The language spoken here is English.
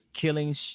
killings